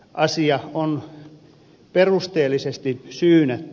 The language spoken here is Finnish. asia on perusteellisesti syynätty